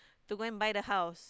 to go and buy the house